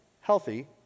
healthy